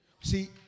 See